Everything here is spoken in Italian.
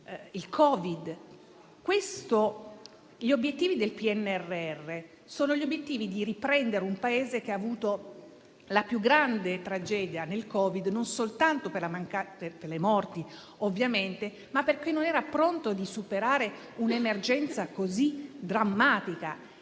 il Covid. Gli obiettivi del PNRR sono di riprendere un Paese che ha avuto la più grande tragedia a causa del Covid, non soltanto per le morti ovviamente, ma perché non era pronto a superare un'emergenza così drammatica.